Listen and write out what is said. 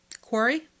Quarry